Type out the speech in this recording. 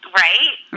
right